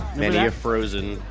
many a frozen.